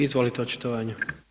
Izvolite očitovanje.